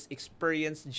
Experience